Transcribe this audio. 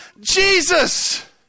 Jesus